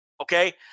Okay